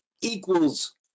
equals